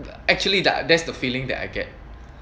actually that that's the feeling that I get